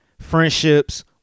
friendships